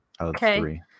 Okay